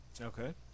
Okay